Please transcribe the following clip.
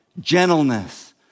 gentleness